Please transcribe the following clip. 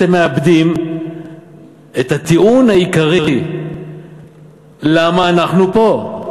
אתם מאבדים את הטיעון העיקרי, למה אנחנו פה.